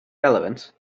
relevant